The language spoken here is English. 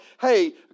hey